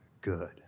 good